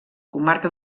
comarca